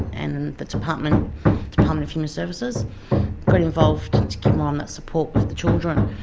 and the department department of human services got involved to give mum that support with the children.